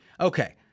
Okay